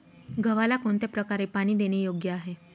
गव्हाला कोणत्या प्रकारे पाणी देणे योग्य आहे?